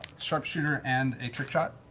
sharpshooter and a trick shot,